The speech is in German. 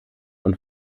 und